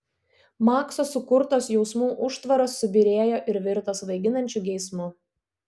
makso sukurtos jausmų užtvaros subyrėjo ir virto svaiginančiu geismu